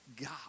God